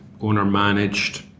owner-managed